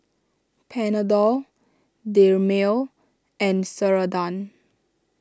Panadol Dermale and Ceradan